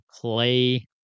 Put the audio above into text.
play